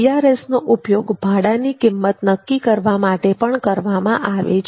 CRS CRSનો ઉપયોગ ભાડાની કિંમત નક્કી કરવા માટે પણ કરવામાં આવે છે